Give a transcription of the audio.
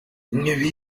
ibi